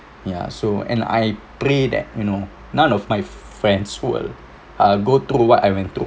ya so and I pray that you know none of my friends will uh go through what I went through